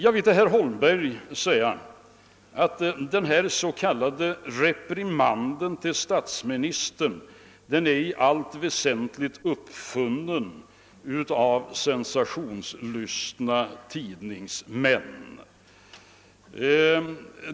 Till herr Holmberg vill jag säga att min s.k. reprimand till statsministern är i allt väsentligt uppfunnen av sensationslystna tidningsmän.